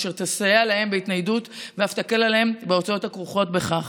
אשר תסייע להם בהתניידות ואף תקל עליהם את ההוצאות הכרוכות בכך.